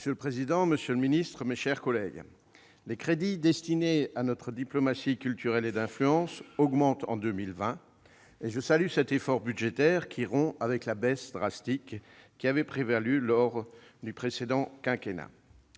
Monsieur le président, monsieur le ministre, mes chers collègues, les crédits destinés à notre diplomatie culturelle et d'influence augmentent en 2020. Je salue cet effort budgétaire, qui rompt avec la baisse drastique ayant prévalu sous le précédent quinquennat.